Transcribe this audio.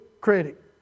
credit